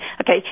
Okay